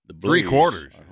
Three-quarters